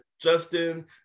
Justin